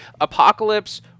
Apocalypse